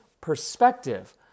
perspective